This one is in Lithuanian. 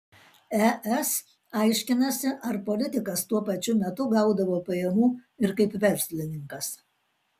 es aiškinasi ar politikas tuo pačiu metu gaudavo pajamų ir kaip verslininkas